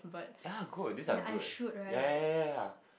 ya good these are good ya ya ya ya ya